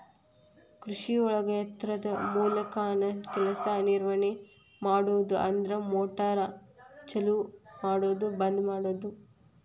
ಕೃಷಿಒಳಗ ಯಂತ್ರದ ಮೂಲಕಾನ ಕೆಲಸಾ ನಿರ್ವಹಣೆ ಮಾಡುದು ಅಂದ್ರ ಮೋಟಾರ್ ಚಲು ಮಾಡುದು ಬಂದ ಮಾಡುದು